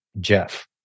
jeff